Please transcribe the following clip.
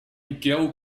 girl